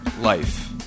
life